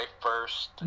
first